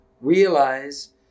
realize